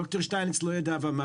ד"ר שטייניץ לא ידע.